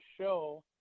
show